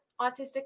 autistic